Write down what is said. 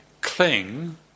cling